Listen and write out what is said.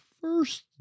first